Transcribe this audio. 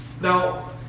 Now